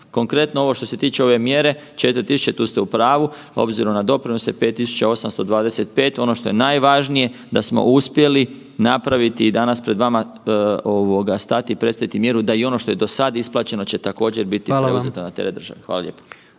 Konkretno, ovo što se tiče ove mjere, 4.000,00 tu ste u pravu obzirom na doprinose 5.825,00. Ono što je najvažnije da smo uspjeli napraviti i danas pred vama ovoga stati i predstaviti mjeru da i ono što je do sad isplaćeno će također biti preuzeto na teret države. Hvala